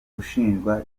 ushinjwa